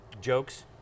jokes